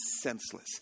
senseless